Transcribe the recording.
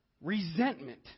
resentment